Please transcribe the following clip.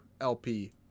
LP